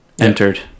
entered